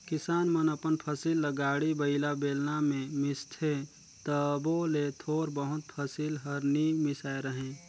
किसान मन अपन फसिल ल गाड़ी बइला, बेलना मे मिसथे तबो ले थोर बहुत फसिल हर नी मिसाए रहें